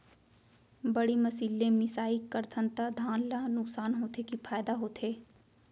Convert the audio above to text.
बड़ी मशीन ले मिसाई करथन त धान ल नुकसान होथे की फायदा होथे?